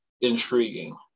intriguing